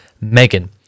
Megan